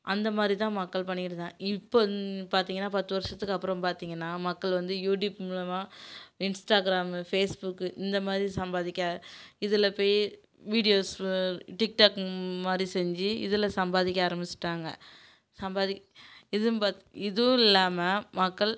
அந்த மாதிரி தான் மக்கள் பண்ணி இருந்தா இப்போ இந்த பார்த்தீங்கனா பத்து வர்ஷத்துக்கு அப்புறோம் பார்த்தீங்கனா மக்கள் வந்து யூடியூப் மூலமாக இன்ஸ்டாகிராமு ஃபேஸ்புக்கு இந்த மாதிரி சம்பாதிக்க இதில் போய் வீடியோஸ் டிக்டாக் மாதிரி செஞ்சு இதில் சம்பாதிக்க ஆரமிஷ்ட்டாங்க சம்பாதி இதுவும் பாத் இதுவும் இல்லாமல் மக்கள்